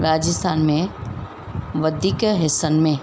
राजस्थान में वधीक हिसनि में